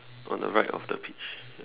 on the right of the peach